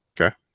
Okay